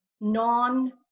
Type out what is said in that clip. non